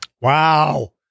Wow